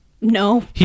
No